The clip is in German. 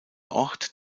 ort